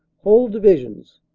whole divisions,